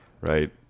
Right